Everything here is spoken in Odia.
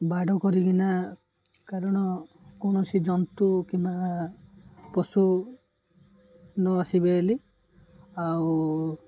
ବାଡ଼ କରିକିନା କାରଣ କୌଣସି ଜନ୍ତୁ କିମ୍ବା ପଶୁ ନ ଆସିବେ ବୋଲି ଆଉ